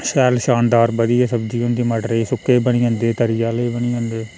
शैल शानदार बधियै सब्ज़ी होंदी मटरें गी सुक्के बी बनी जंदे तरी आह्ले बी बनी जंदे